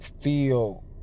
feel